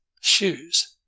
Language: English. shoes